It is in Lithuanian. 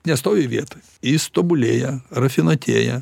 nestovi vietoj jis tobulėja rafinuotėja